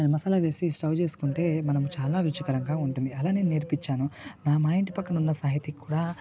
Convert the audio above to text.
దాన్ని మసాలా వేసి సర్వ్ చేసుకుంటే మనం చాలా రుచికరంగా ఉంటుంది అలానే నేర్పించాను మా ఇంటి పక్కన ఉన్న సాహితి కూడా